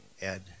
Ed